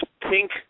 pink